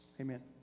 Amen